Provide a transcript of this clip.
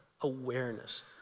awareness